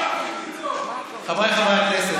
חברי הכנסת,